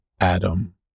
Adam